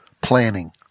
planning